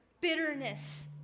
bitterness